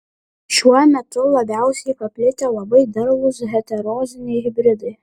šiuo metu labiausiai paplitę labai derlūs heteroziniai hibridai